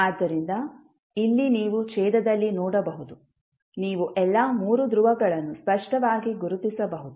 ಆದ್ದರಿಂದ ಇಲ್ಲಿ ನೀವು ಛೇದದಲ್ಲಿ ನೋಡಬಹುದು ನೀವು ಎಲ್ಲಾ ಮೂರು ಧ್ರುವಗಳನ್ನು ಸ್ಪಷ್ಟವಾಗಿ ಗುರುತಿಸಬಹುದು